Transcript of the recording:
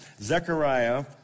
Zechariah